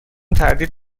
تردید